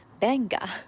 benga